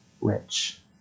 rich